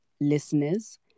listeners